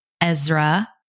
Ezra